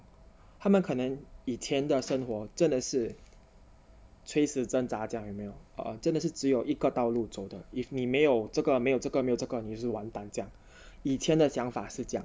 他们可能以前的生活真的是垂死挣扎这样有没有 or 真的是只有一个道路走的 if 你没有这个没有这个你也是完蛋这样以前的想法是这样